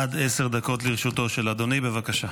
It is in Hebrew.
עד עשר דקות לרשותו של אדוני, בבקשה.